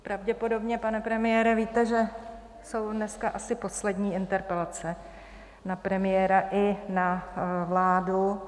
Pravděpodobně, pane premiére, víte, že jsou dneska asi poslední interpelace na premiéra i na vládu.